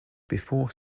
before